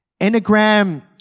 Enneagram